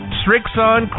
Strixon